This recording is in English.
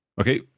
Okay